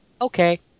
okay